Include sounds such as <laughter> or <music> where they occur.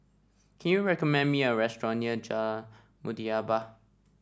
can you recommend me a restaurant near <unintelligible> Muhibbah